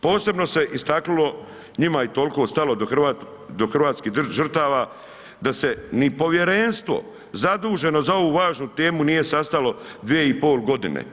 Posebno se je istaknulo, njima je toliko stalo do hrvatskih žrtava, da se ni povjerenstvo zaduženo za ovu važnu temu nije sastalo 2,5 godine.